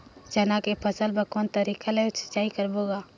चना के फसल बर कोन तरीका ले सिंचाई करबो गा?